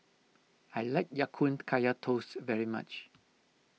I like Ya Kun Kaya Toast very much